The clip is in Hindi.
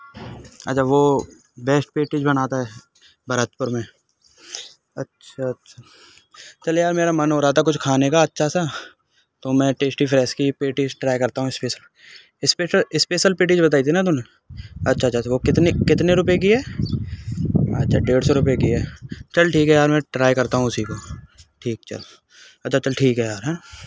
अच्छा वो बेस्ट पेटीज बनाता है भरतपुर में अच्छा अच्छा चल यार मेरा मन हो रहा था कुछ खाने का अच्छा सा तो मैं टेस्टी फ्रेश की ही पेटीज ट्राई करता हूँ स्पेशी स्पेश स्पेशल पेटीज बताई थी ना तूने अच्छा अच्छा वो कितने कितने रुपए की है अच्छा डेढ़ सौ रुपए की है अच्छा चल ठीक है यार मैं ट्राई करता हूँ उसी को ठीक चल अच्छा चल ठीक है यार हाँ